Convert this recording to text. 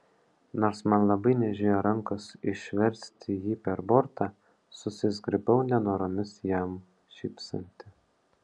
nors man labai niežėjo rankos išversti jį per bortą susizgribau nenoromis jam šypsanti